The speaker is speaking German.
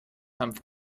hanf